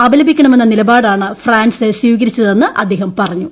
അപലപിക്കണമെന്ന് നിലപാടാണ് ഫ്രാൻസ് സ്വീകരിച്ചതെന്ന് അദ്ദേഹം പറഞ്ഞു